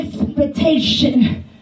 expectation